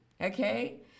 okay